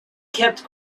kept